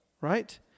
right